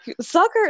soccer